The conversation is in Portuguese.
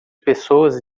pessoas